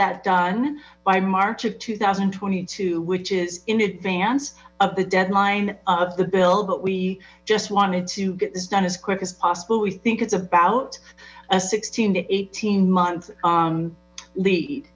that done by march of two thousand and twenty two which is in advance of the deadline of the bill but we just wanted to get this done as quick as possible we think it's about a sixteen eighteen month lead